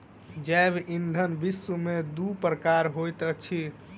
जैव ईंधन विश्व में दू प्रकारक होइत अछि